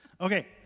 Okay